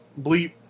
Bleep